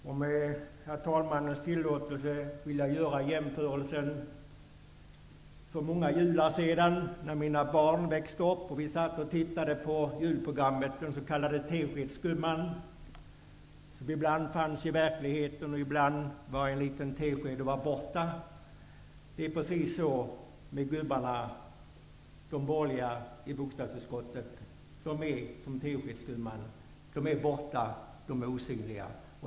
Med herr talmannens tillåtelse vill jag göra jämförelsen med när mina barn växte upp och vi för många jular sedan satt och tittade på julprogrammet med den s.k. teskedsgumman, som ibland fanns i verkligheten och ibland var borta och liten som en tesked. Det är precis så med de borgerliga gubbarna i bostadsutskottet. De är som teskedsgumman - de är borta och osynliga.